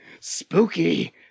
spooky